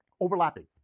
overlapping